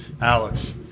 Alex